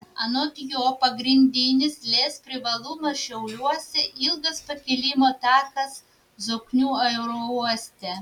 anot jo pagrindinis lez privalumas šiauliuose ilgas pakilimo takas zoknių aerouoste